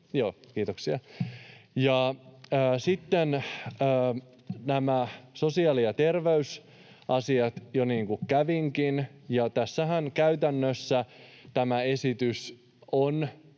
Sitten nämä sosiaali- ja terveysasiat jo kävinkin. Käytännössähän tämä esitys on